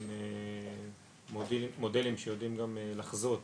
עם מודלים שיודעים גם לחזות